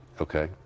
Okay